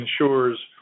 ensures